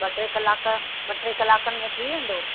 ॿ टे कलाक ॿ टे कलाकनि में थी वेन्दो